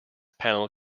panel